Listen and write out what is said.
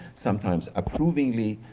sometimes approvingly,